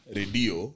radio